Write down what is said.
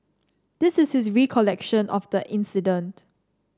this is his recollection of the incident